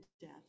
death